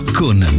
con